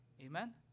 Amen